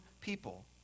people